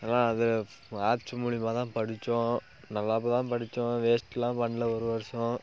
ஆனால் அது ஆப்ஸ் மூலிமாதான் படித்தோம் நல்லா படித்தோம் வேஸ்ட்லாம் பண்ணல ஒரு வர்ஷம்